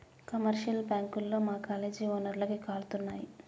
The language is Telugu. కమర్షియల్ బ్యాంకుల్లో మా కాలేజీ ఓనర్లకి కాతాలున్నయి